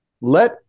Let